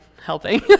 helping